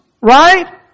right